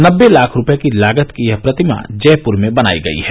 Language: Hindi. नब्बे लाख रूपये की लागत की यह प्रतिमा जयपुर में बनायी गयी है